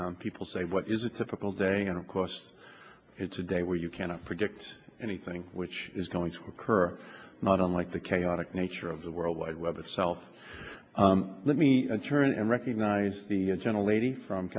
congress people say what is a typical day and of course it's a day where you cannot predict anything which is going to occur not unlike the chaotic nature of the world wide web itself let me turn and recognize the gentle lady from